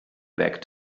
back